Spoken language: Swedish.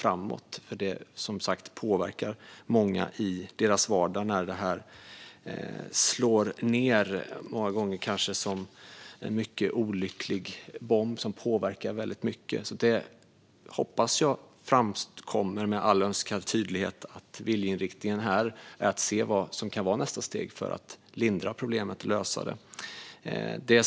Det påverkar som sagt många i deras vardag när det här slår ned, många gånger kanske som en mycket olycklig bomb som påverkar väldigt mycket. Jag hoppas att det framkommer med all önskad tydlighet att viljeinriktningen är att se vad som kan vara nästa steg för att lindra och lösa problemet.